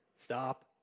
stop